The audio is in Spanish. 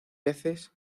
veces